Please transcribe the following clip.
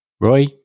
Roy